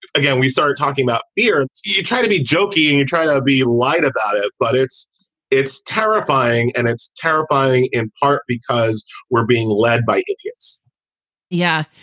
again, we started talking about here. you try to be jokey and you try to be light about it. but it's it's terrifying and it's terrifying in part because we're being led by idiots yeah.